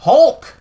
Hulk